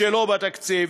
שלא בתקציב?